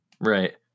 Right